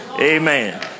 Amen